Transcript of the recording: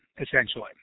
essentially